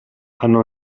hanno